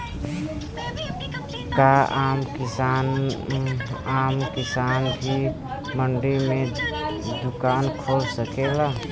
का आम किसान भी मंडी में दुकान खोल सकेला?